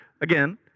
Again